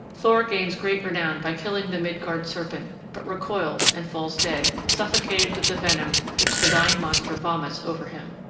thor gains great renown by killing the midgard serpent, but recoils and falls dead, suffocated with the venom which the dying monster vomits over him.